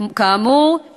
כאמור,